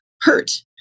hurt